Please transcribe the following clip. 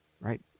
Right